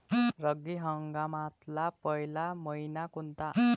रब्बी हंगामातला पयला मइना कोनता?